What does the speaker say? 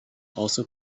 also